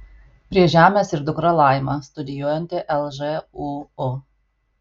prie žemės ir dukra laima studijuojanti lžūu